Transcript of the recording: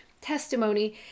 testimony